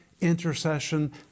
intercession